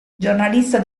giornalista